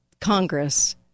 Congress